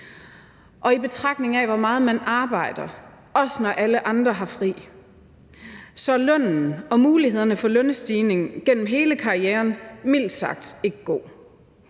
Og i betragtning af hvor meget man arbejder, også når alle andre har fri, så er lønnen og mulighederne for lønstigning gennem hele karrieren mildt sagt ikke gode.